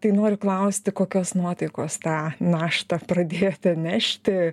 tai noriu klausti kokios nuotaikos tą naštą pradėjote nešti